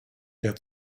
der